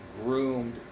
groomed